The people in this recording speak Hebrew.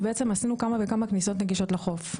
עשינו כמה כניסות נגישות לחוף.